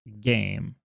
game